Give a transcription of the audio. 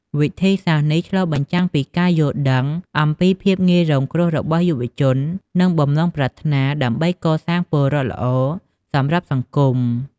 វិធីសាស្រ្តនេះឆ្លុះបញ្ចាំងពីការយល់ដឹងអំពីភាពងាយរងគ្រោះរបស់យុវជន និងបំណងប្រាថ្នាដើម្បីកសាងពលរដ្ឋល្អសម្រាប់សង្គម។